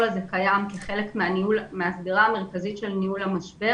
הזה קיים כחלק מהשדרה המרכזית של ניהול המשבר.